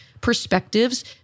perspectives